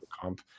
comp